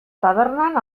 tabernan